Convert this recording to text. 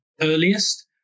earliest